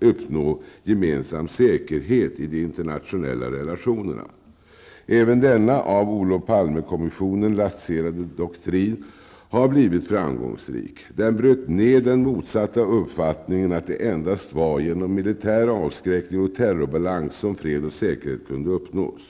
uppnå en gemensam säkerhet i de internationella relationerna. Även denna, av Olof Palme-kommissionen lanserade doktrin, har blivit framgångsrik. Den bröt ned den motsatta uppfattningen att det endast var genom militär avskräckning och terrorbalans som fred och säkerhet kunde uppnås.